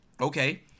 okay